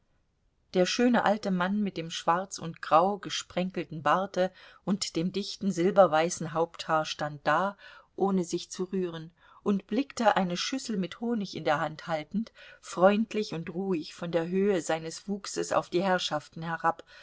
der schöne alte mann mit dem schwarz und grau gesprenkelten barte und dem dichten silberweißen haupthaar stand da ohne sich zu rühren und blickte eine schüssel mit honig in der hand haltend freundlich und ruhig von der höhe seines wuchses auf die herrschaften herab